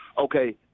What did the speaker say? Okay